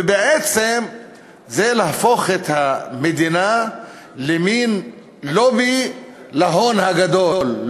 ובעצם זה להפוך את המדינה למין לובי להון הגדול,